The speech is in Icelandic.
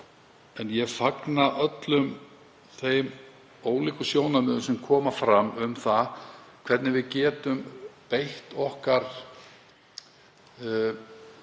en ég fagna öllum þeim ólíku sjónarmiðum sem koma fram um það hvernig við getum beitt öllum